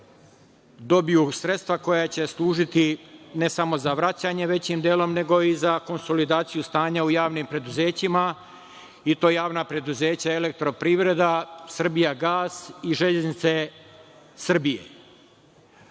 dobiju sredstva koja će služiti, ne samo za vraćanje, većim delom, već i za konsolidaciju stanja u javnim preduzećima i to javna preduzeća EPS, Srbijagas i Železnice Srbije. Treba